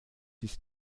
ist